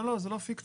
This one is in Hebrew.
לא, זאת לא פיקציה.